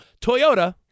Toyota